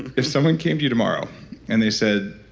if someone came to you tomorrow and they said,